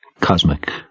cosmic